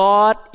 God